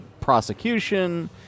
prosecution